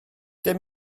dim